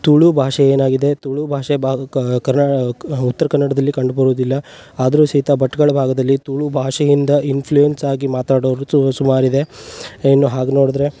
ತುಳು ಭಾಷೆ ಏನಾಗಿದೆ ತುಳು ಭಾಷೆ ಬಾ ಕರ್ನಾ ಉತ್ರ ಕನ್ನಡದಲ್ಲಿ ಕಂಡುಬರುವುದಿಲ್ಲ ಆದರೂ ಸಹಿತ ಭಟ್ಕಳ ಭಾಗದಲ್ಲಿ ತುಳು ಭಾಷೆಯಿಂದ ಇನ್ಫ್ಲುಯೆನ್ಸ್ ಆಗಿ ಮಾತಾಡೋರು ಸುಮಾರಿದೆ ಇನ್ನು ಹಾಗೆ ನೋಡಿದ್ರೆ